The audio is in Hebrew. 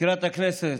מזכירת הכנסת,